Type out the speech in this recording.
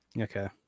Okay